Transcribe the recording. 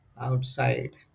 outside